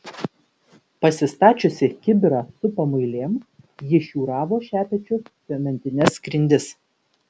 pasistačiusi kibirą su pamuilėm ji šiūravo šepečiu cementines grindis